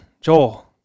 joel